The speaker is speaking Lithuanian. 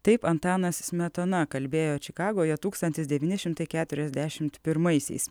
taip antanas smetona kalbėjo čikagoje tūkstantis devyni šimtai keturiasdešimt pirmaisiais